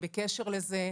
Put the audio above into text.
בקשר לזה,